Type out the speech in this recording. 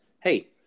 hey